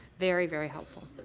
very, very helpful.